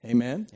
Amen